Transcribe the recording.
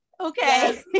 Okay